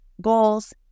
goals